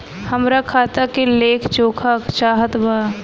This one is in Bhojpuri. हमरा खाता के लेख जोखा चाहत बा?